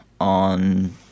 on